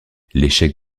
l’échec